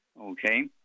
okay